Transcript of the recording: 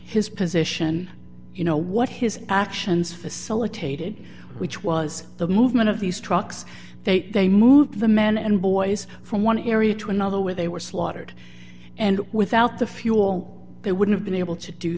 his position you know what his actions facilitated which was the movement of these trucks they they moved the men and boys from one area to another where they were slaughtered and without the fuel they would have been able to do